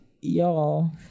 Y'all